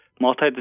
multi